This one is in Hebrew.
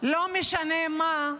לא משנה מה,